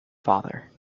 father